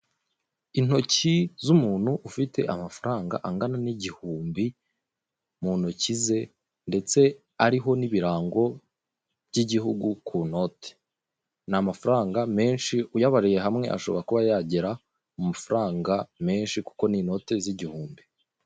Intoki z'umuntu ufite amafaranga angana n'igihumbi mu ntoki ze ndetse ariho n'ibirango by'igihugu ku note. Ni amafaranga menshi uyabariye hamwe ashobora kuba yagera mu mafaranga menshi kuko ni inote z'igihumbi.